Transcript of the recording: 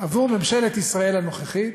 עבור ממשלת ישראל הנוכחית,